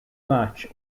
match